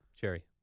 Jerry